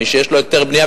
מי שיש לו היתר בנייה,